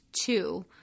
two